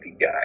guy